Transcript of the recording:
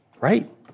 right